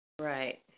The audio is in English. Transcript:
Right